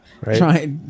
Right